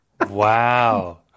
wow